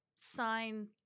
sign